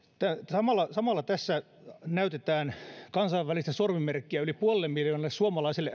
samalla samalla tässä näytetään kansainvälistä sormimerkkiä yli puolelle miljoonalle suomalaiselle